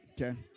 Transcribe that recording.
Okay